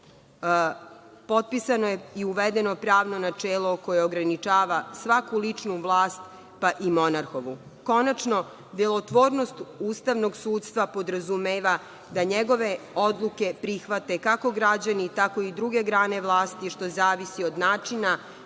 potpisano je i uvedeno pravno načelo koje ograničava svaku ličnu vlast, pa i monarhovu. Konačno, delotvornost ustavnog sudstva podrazumeva da njegove odluke prihvate, kako građani, tako i druge grane vlasti, što zavisi od načina